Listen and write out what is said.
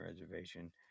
Reservation